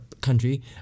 country